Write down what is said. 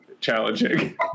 challenging